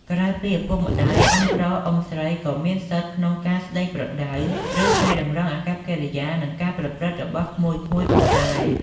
ក្រៅពីឪពុកម្ដាយ អ៊ុំប្រុស អ៊ុំស្រីក៏មានសិទ្ធិក្នុងការស្ដីប្រដៅ ឬកែតម្រង់អាកប្បកិរិយា និងការប្រព្រឹត្តរបស់ក្មួយៗផងដែរ។